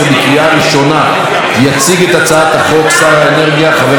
יציג את הצעת החוק שר האנרגיה חבר הכנסת יובל שטייניץ.